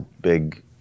big